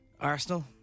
Arsenal